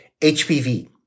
HPV